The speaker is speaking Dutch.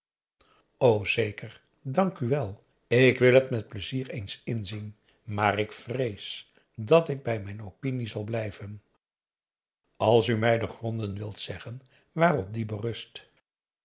zeker dank u wel ik wil het met pleizier eens inzien maar ik vrees dat ik bij mijn opinie zal blijven als u mij de gronden wilt zeggen waarop die rust